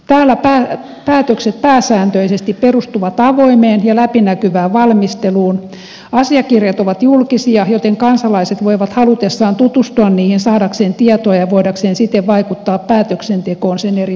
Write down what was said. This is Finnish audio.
täällä päätökset pääsääntöisesti perustuvat avoimeen ja läpinäkyvään valmisteluun asiakirjat ovat julkisia joten kansalaiset voivat halutessaan tutustua niihin saadakseen tietoa ja voidakseen siten vaikuttaa päätöksentekoon sen eri vaiheissa